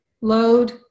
load